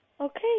Okay